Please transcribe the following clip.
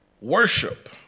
worship